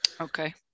Okay